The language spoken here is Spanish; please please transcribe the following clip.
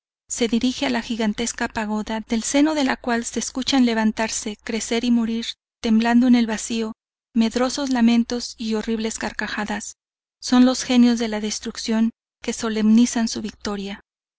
se dirige a la gigantesca pagoda del seno de la cual se escuchan levantarse crecer y morir temblando en el vacío medrosos lamentos y horribles carcajadas son los genios de la destrucción que solemnizan su victoria